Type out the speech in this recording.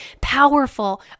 powerful